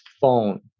phone